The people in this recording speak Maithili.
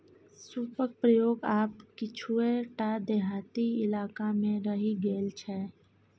सूपक प्रयोग आब किछुए टा देहाती इलाकामे रहि गेल छै